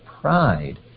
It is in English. pride